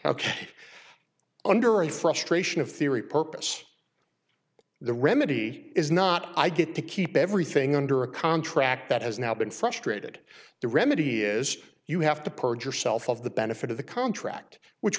a frustration of theory purpose the remedy is not i get to keep everything under a contract that has now been frustrated the remedy is you have to purge yourself of the benefit of the contract which